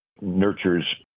nurtures